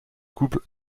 couples